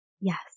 Yes